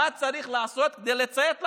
מה צריך לעשות כדי לציית לחוק.